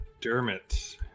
dermot